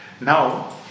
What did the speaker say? Now